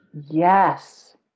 Yes